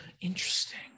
Interesting